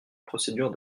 procédure